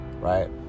right